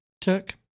took